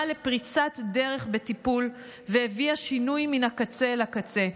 לפריצת דרך בטיפול והביאה שינוי מן הקצה אל הקצה.